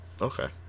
Okay